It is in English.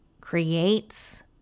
creates